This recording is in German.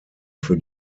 für